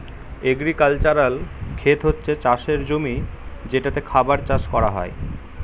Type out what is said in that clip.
agricultural খেত হচ্ছে চাষের জমি যেটাতে খাবার চাষ করা হয়